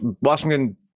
Washington